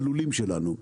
הלולים שלנו.